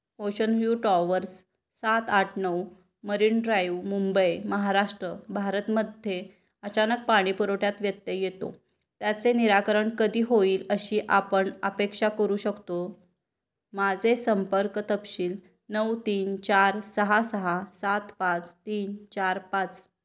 ocean view towers सात आठ नऊ मरीन ड्राईव्ह मुंबई महाराष्ट्र भारतमध्ये अचानक पाणी पुरवठ्यात व्यत्यय येतो त्याचे निराकरण कधी होईल अशी आपण अपेक्षा करू शकतो माझे संपर्क तपशील नऊ तीन चार सहा सहा सात पाच तीन चार पाच